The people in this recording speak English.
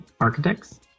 Architects